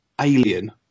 alien